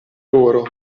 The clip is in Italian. loro